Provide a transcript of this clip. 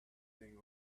thing